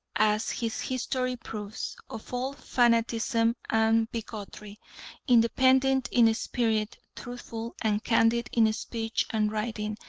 as his history proves, of all fanaticism and bigotry, independent in spirit, truthful and candid in speech and writing,